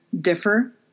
differ